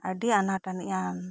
ᱟᱹᱰᱤ ᱟᱱᱟᱴ ᱟᱹᱱᱤᱡ ᱟᱱ